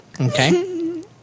Okay